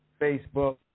Facebook